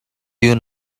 you